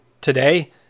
today